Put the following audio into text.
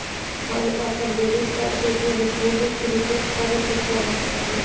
हम अपन debit card के गुम होने की रिपोर्ट करे चाहतानी